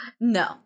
No